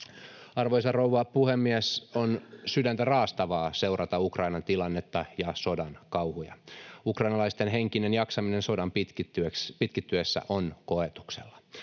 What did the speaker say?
Arvoisa puhemies! On sydäntä raastavaa seurata Ukrainan tilannetta ja sodan kauhuja. Ukrainalaisten henkinen jaksaminen sodan pitkittyessä on koetuksella.